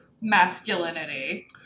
masculinity